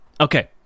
okay